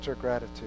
gratitude